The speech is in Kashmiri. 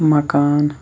مَکان